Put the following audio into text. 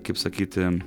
kaip sakyti